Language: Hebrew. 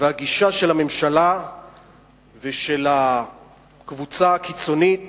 והגישה של הממשלה ושל הקבוצה הקיצונית